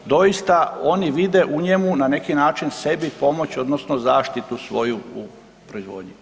Doista oni vide u njemu na neki način sebi pomoć odnosno zaštitu svoju u proizvodnji.